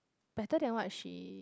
better than what she